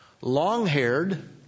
long-haired